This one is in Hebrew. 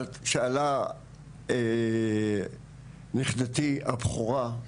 שאלה נכדתי הבכורה,